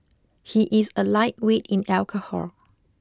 he is a lightweight in alcohol